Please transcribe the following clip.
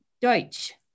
Deutsch